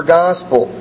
gospel